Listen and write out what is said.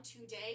today